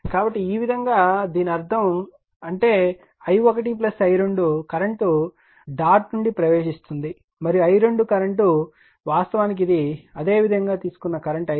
కాబట్టి ఈ విధంగా దీని అర్థం అంటే i1 i2 కరెంట్ డాట్ నుండి ప్రవేశిస్తుంది మరియు ఈ i2 కరెంట్ వాస్తవానికి ఇది అదే విధంగా తీసుకున్న కరెంట్ i2